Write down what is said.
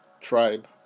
tribe